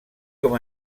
com